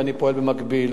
ואני פועל במקביל: